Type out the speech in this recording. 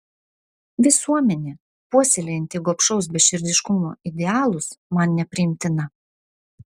visuomenė puoselėjanti gobšaus beširdiškumo idealus man nepriimtina